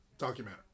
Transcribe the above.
Document